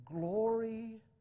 glory